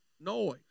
noise